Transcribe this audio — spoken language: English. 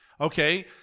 Okay